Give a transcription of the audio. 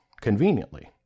conveniently